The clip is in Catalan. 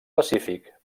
pacífic